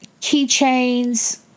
keychains